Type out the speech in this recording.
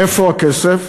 איפה הכסף?